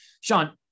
Sean